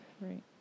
right